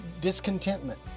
discontentment